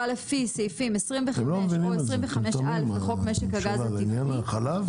לפי סעיפים 25 או 25א לחוק משק הגז הטבעי,